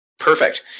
Perfect